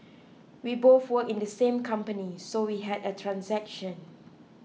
we both work in the same company so we had a transaction